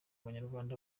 banyarwanda